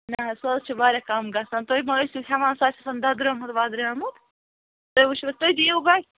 نہَ حظ سُہ حظ چھُ وارِیاہ کَم گَژھان تُہۍ ما ٲسِو ہٮ۪وان سُہ آسہِ آسان ددریٚومُت ودریٚومُت تُہۍ وُچھو تُہۍ دِیو گۄڈٕ